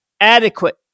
adequate